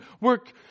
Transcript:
work